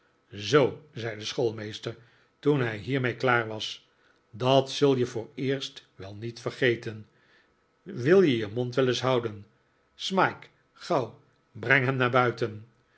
zoo zei de schoolmeester toen hij hiermee klaar was dat zul je vooreerst wel niet vergeten wil je je mond wel eens houden smike gauw breng hem naar buiten